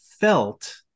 felt